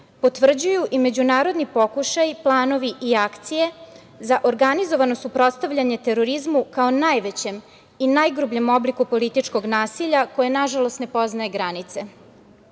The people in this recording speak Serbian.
potvrđuju i međunarodni pokušaji, planovi i akcije za organizovano suprotstavljanje terorizmu kao najvećem i najgrubljem obliku političkog nasilja, koje nažalost ne poznaje